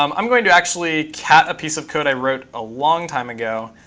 um i'm going to actually cat a piece of code i wrote a long time ago